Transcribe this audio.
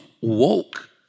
woke